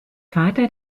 vater